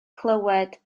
clywed